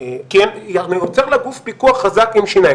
אתה יוצר לה גוף פיקוח חזק עם שיניים.